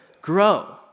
grow